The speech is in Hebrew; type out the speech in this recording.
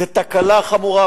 זאת תקלה חמורה.